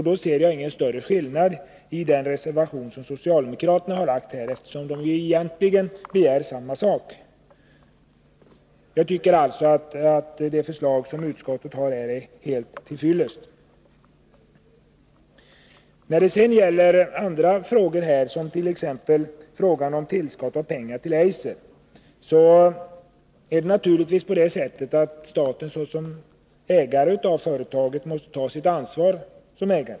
Då ser jag ingen större skillnad i förhållande till socialdemokraternas reservation, eftersom den egentligen begär samma sak. Jag tycker alltså att utskottets förslag är helt till fyllest. När det sedan gäller andra frågor som t.ex. frågan om tillskott av pengar till Eiser måste naturligtvis staten såsom ägare av företaget ta sitt ansvar.